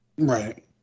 Right